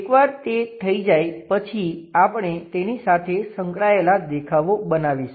એકવાર તે થઈ જાય પછી આપણે તેની સાથે સંકળાયેલાં દેખાવો બનાવીશું